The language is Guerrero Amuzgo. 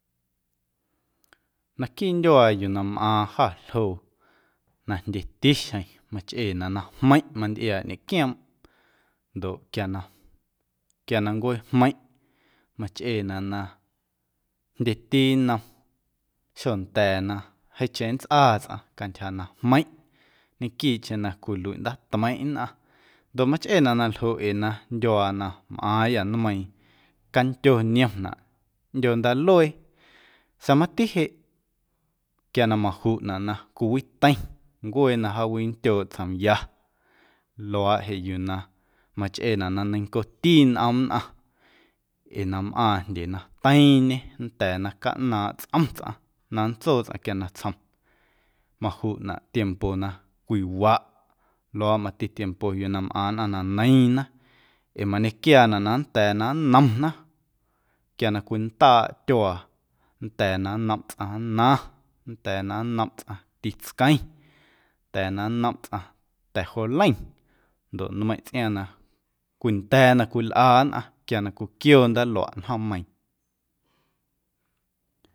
Naquiiꞌ ndyuaa yuu na mꞌaaⁿ jâ ljoo na jndyeti xjeⁿ machꞌeenaꞌ na jmeiⁿꞌ mantꞌiaaꞌ ñequioomꞌ ndoꞌ quia na, quia na ncuee jmeiⁿꞌ machꞌeenaꞌ na jndyeti nnom xonda̱a̱ na jeeⁿcheⁿ nntsꞌaa tsꞌaⁿ cantyja na jmeiⁿꞌ ñequiiꞌcheⁿ na cwiluiꞌ ndaatmeiⁿꞌ nnꞌaⁿ ndoꞌ machꞌeenaꞌ na ljoꞌ ee na ndyuaa na mꞌaaⁿyâ nmeiiⁿ candyo niomnaꞌ ꞌndyoo ndaaluee sa̱a̱ mati jeꞌ quia na majuꞌnaꞌ na cwiwiteiⁿ ncuee na jaawindyooꞌ tsjomya luaaꞌ jeꞌ yuu na machꞌeenaꞌ na neiⁿncoti nꞌom nnꞌaⁿ ee na mꞌaaⁿ jndye na teiiⁿñe nnda̱a̱ na caꞌnaaⁿꞌ tsꞌom tsꞌaⁿ na nntsoo tsꞌaⁿ quia natsjom majuꞌnaꞌ tiempo na cwiwaꞌ luaaꞌ mati tiempo yuu na nnꞌaⁿ na neiiⁿna ee mañequiaanaꞌ na nnda̱a̱ na nnomna quia na cwindaaꞌ tyuaa nnda̱a̱ na nnomꞌ tsꞌaⁿ nnaⁿ nnda̱a̱ na nnomꞌ tsꞌaⁿ ti tsqueⁿ nnda̱a̱ na nnomꞌ tsꞌaⁿ ta̱ joleiⁿ ndoꞌ nmeiⁿꞌ tsꞌiaaⁿ na cwinda̱a̱ na cwilꞌa nnꞌaⁿ quia na cwiquioo ndaaluaꞌ njoommeiiⁿ.